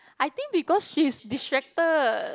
I think because she's distracted